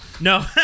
No